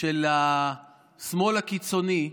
של השמאל הקיצוני,